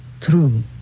true